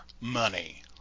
money